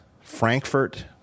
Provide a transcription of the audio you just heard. Frankfurt